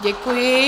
Děkuji.